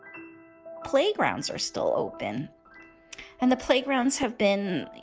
playgrounds are still open and the playgrounds have been.